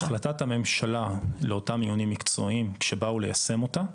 החלטת הממשלה לאותם מיונים מקצועיים כשבאו ליישם אותה,